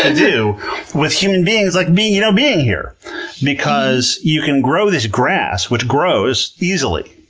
ah do with human beings, like me, you know being here! because you can grow this grass which grows easily.